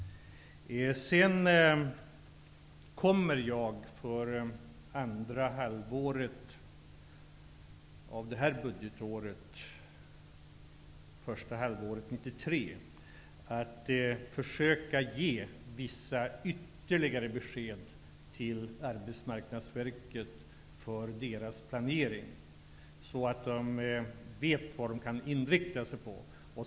Jag kommer för första halvåret 1993, dvs. för andra hälften av innevarande budgetår, försöka ge vissa ytterligare besked till Arbetsmarknadsverket för dess planering, så att man där vet vad man kan inrikta sig på.